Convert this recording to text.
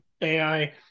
AI